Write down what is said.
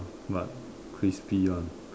but crispy one